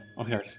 okay